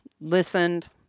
listened